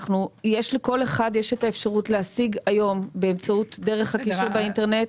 לכל אחד יש את האפשרות להשיג היום באמצעות הקישור באינטרנט,